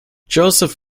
joseph